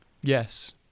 Yes